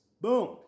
Boom